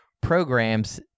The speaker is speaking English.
programs